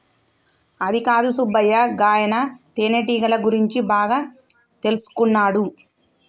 అదికాదు సుబ్బయ్య గాయన తేనెటీగల గురించి బాగా తెల్సుకున్నాడు